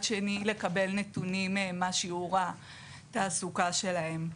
שני לקבל נתונים מה שיעור התעסוקה שלהם.